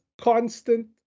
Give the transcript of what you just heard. constant